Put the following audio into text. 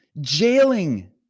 jailing